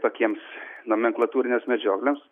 tokiems nomenklatūrinėms medžioklėms